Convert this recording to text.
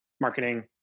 marketing